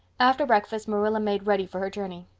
after breakfast marilla made ready for her journey.